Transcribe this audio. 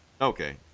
okay